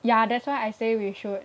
ya that's why I say we should